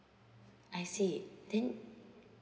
I see then